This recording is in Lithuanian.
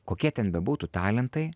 kokie ten bebūtų talentai